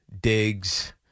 digs